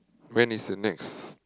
when is the next